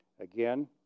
Again